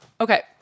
Okay